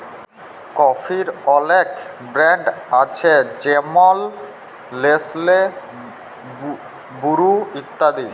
কফির অলেক ব্র্যাল্ড আছে যেমল লেসলে, বুরু ইত্যাদি